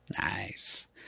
Nice